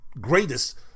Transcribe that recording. greatest